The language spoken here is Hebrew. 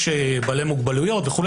יש בעלי מוגבלויות וכו',